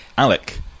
Alec